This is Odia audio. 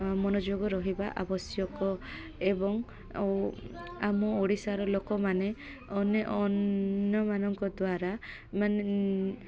ମନୋଯୋଗ ରହିବା ଆବଶ୍ୟକ ଏବଂ ଓ ଆମ ଓଡ଼ିଶାର ଲୋକମାନେ ଅନ୍ୟ ଅନ୍ୟମାନଙ୍କ ଦ୍ୱାରା ମାନେ